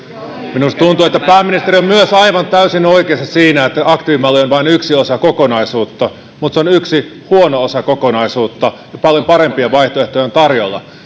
minusta tuntuu että pääministeri on myös aivan täysin oikeassa siinä että aktiivimalli on vain yksi osa kokonaisuutta mutta se on yksi huono osa kokonaisuutta ja paljon parempia vaihtoehtoja on tarjolla